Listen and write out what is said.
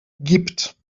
gibt